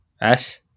Ash